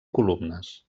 columnes